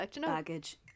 Baggage